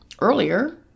earlier